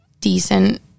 decent